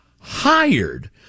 hired